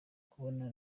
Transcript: kubona